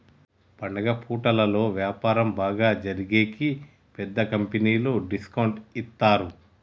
పండుగ పూటలలో వ్యాపారం బాగా జరిగేకి పెద్ద కంపెనీలు డిస్కౌంట్ ఇత్తారు